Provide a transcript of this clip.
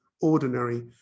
ordinary